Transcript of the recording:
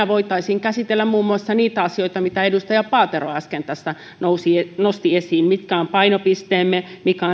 voitaisiin käsitellä muun muassa niitä asioita mitä edustaja paatero äsken tässä nosti esiin mitkä ovat painopisteemme mikä